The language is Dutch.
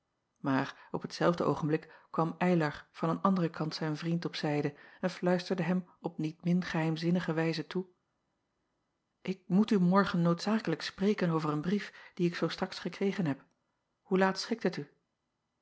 aar op hetzelfde oogenblik kwam ylar van een anderen kant zijn vriend op zijde en fluisterde hem op niet min geheimzinnige wijze toe k moet u morgen noodzakelijk spreken over een brief dien ik zoo straks gekregen heb oe laat schikt het u